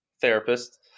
therapist